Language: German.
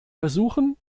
versuchen